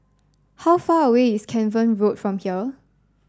how far away is Cavan Road from here